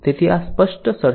તેથી આ સ્પષ્ટ સર્વિસ છે